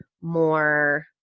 more